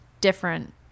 different